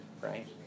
right